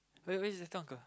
where's where's the store uncle